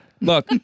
Look